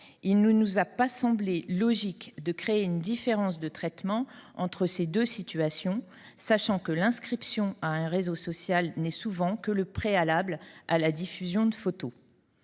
Il ne nous a pas semblé logique de créer une différence de traitement entre ces deux situations, sachant que l’inscription à un réseau social n’est souvent que le préalable à la diffusion de photos.